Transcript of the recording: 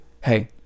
hey